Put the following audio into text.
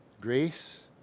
Grace